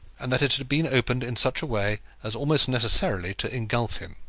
and that it had been opened in such a way as almost necessarily to engulf him.